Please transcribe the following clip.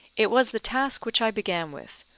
it was the task which i began with,